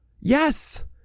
Yes